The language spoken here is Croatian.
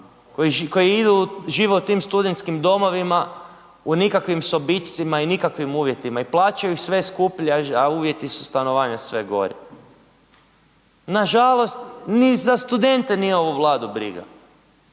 idu, žive u tim studentskim domovima u nikakvim sobičcima i nikakvim uvjetima i plaćaju sve skuplje, a uvjeti su stanovanja sve gori. Nažalost ni za studente nije ovu Vladu briga,